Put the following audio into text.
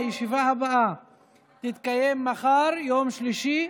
הישיבה הבאה תתקיים מחר, יום שלישי,